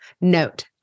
Note